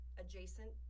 adjacent